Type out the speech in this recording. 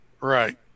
Right